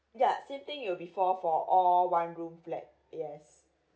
yeah same thing it will be four for all one room flat yes